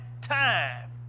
time